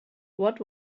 what